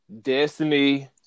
Destiny